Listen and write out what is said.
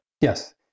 yes